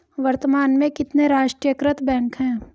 वर्तमान में कितने राष्ट्रीयकृत बैंक है?